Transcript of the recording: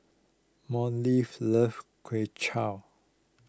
loves Kway Chap